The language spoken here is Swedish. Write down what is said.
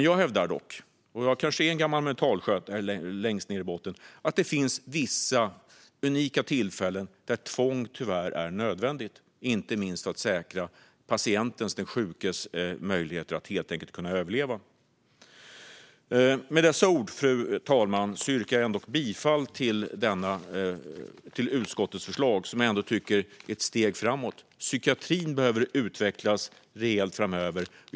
Jag hävdar dock - jag är kanske en gammal mentalskötare längst ned i botten - att det finns vissa unika tillfällen där tvång tyvärr är nödvändigt, inte minst för att säkra patientens - den sjukes - möjligheter att överleva. Med dessa ord, fru talman, yrkar jag bifall till utskottets förslag, som jag tycker är ett steg framåt. Psykiatrin behöver utvecklas rejält framöver.